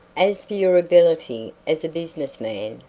as for your ability as a business man,